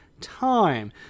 time